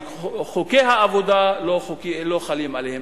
וחוקי העבודה לא חלים עליהם.